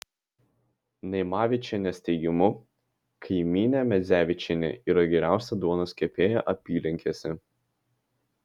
naimavičienės teigimu kaimynė medzevičienė yra geriausia duonos kepėja apylinkėse